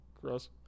gross